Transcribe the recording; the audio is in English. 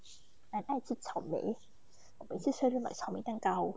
很爱吃草莓我每次下去买草莓蛋糕